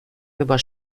über